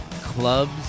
clubs